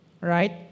right